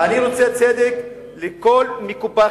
אני רוצה צדק לכל מקופח,